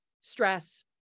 stress